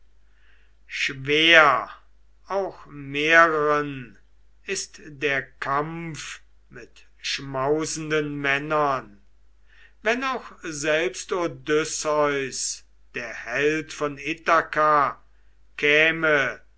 schwer auch mehreren ist der kampf mit schmausenden männern wenn auch selbst odysseus der held von ithaka käme